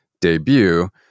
debut